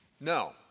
No